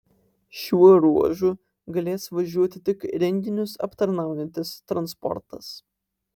šiuo ruožu galės važiuoti tik renginius aptarnaujantis transportas